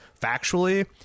factually